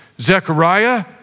Zechariah